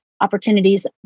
opportunities